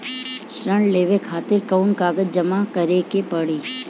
ऋण लेवे खातिर कौन कागज जमा करे के पड़ी?